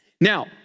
Now